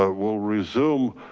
ah we'll resume.